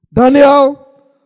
Daniel